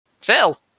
Phil